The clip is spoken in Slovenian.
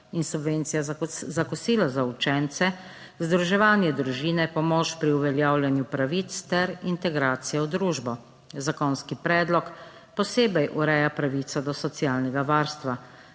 in subvencija za kosila za učence, združevanje družine, pomoč pri uveljavljanju pravic ter integracijo v družbo. Zakonski predlog posebej ureja pravico do socialnega varstva.